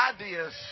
ideas